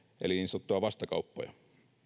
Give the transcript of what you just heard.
eli niin sanottuja vastakauppoja